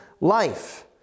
life